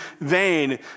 vain